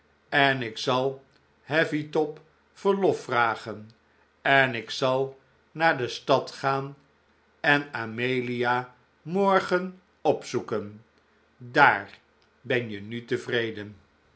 en ik zal heavytop verlof vragen en ik zal naar de stad gaan en amelia morgen opzoeken daar ben je nu tevreden